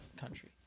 country